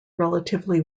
relatively